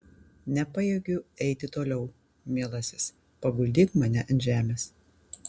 nepajėgiu eiti toliau mielasis paguldyk mane ant žemės